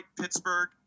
Pittsburgh